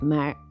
Maar